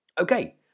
Okay